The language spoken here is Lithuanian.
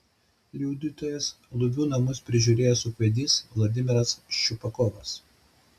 liudytojas lubių namus prižiūrėjęs ūkvedys vladimiras ščiupakovas